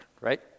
right